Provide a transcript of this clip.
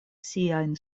siajn